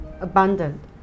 Abundant